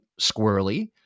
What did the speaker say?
squirrely